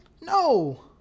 No